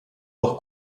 noch